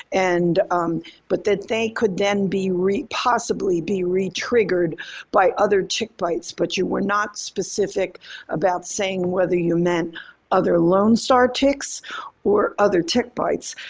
and but that they could then be possibly be retriggered by other tick bites, but you were not specific about saying whether you meant other lone star ticks or other tick bites,